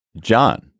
John